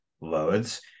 loads